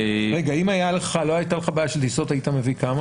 אם לא הייתה לך בעיה של טיסות, כמה